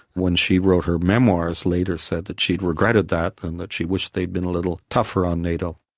when she wrote her memoirs later said that she regretted that, and that she wished they'd been a little tougher on nato.